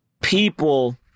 people